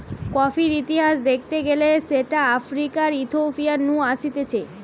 কফির ইতিহাস দ্যাখতে গেলে সেটা আফ্রিকার ইথিওপিয়া নু আসতিছে